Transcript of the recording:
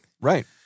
Right